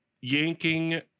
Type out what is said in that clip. yanking